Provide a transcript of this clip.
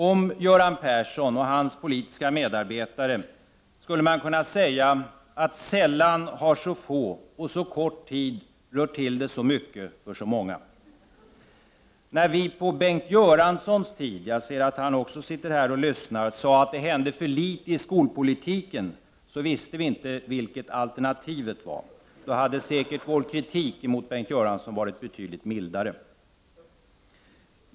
Om Göran Persson och hans politiska medarbetare skulle man kunna säga att sällan har så få på så kort tid rört till så mycket för så många. Jag ser att Bengt Göransson sitter här i kammaren och lyssnar. När vi på Bengt Göranssons tid sade att det hände för litet i skolpolitiken, visste vi inte vilket alternativet var. Då hade säkert vår kritik mot Bengt Göransson varit betydligt mildare.